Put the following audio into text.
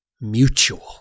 mutual